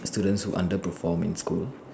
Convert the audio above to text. students who under perform in school